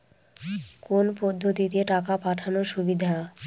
কোন পদ্ধতিতে টাকা পাঠানো সুবিধা?